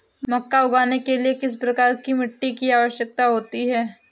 मक्का उगाने के लिए किस प्रकार की मिट्टी की आवश्यकता होती है?